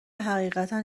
حقیقتا